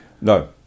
No